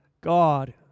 God